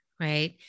Right